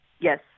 Yes